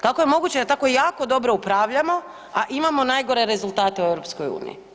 Kako je moguće da tako jako dobro upravljamo, a imamo najgore rezultate u EU?